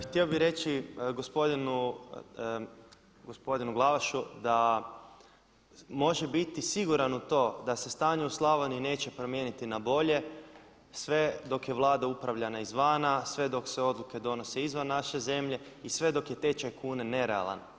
Htio bih reći gospodinu Glavašu da može biti siguran u to da se stanje u Slavoniji neće promijeniti na bolje sve dok je Vlada upravljana izvana, sve dok se odluke donose izvan naše zemlje i sve dok je tečaj kune nerealan.